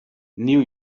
new